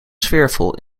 sfeervol